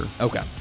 Okay